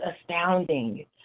astounding